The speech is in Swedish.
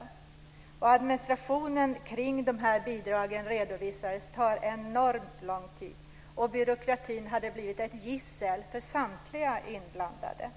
Det redovisades att administrationen kring de här bidragen tar enormt lång tid, och byråkratin har blivit ett gissel för samtliga inblandade.